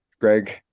Greg